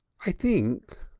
i think,